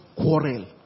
quarrel